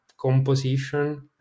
composition